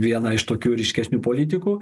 vieną iš tokių ryškesnių politikų